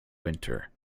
winter